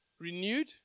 renewed